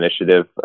Initiative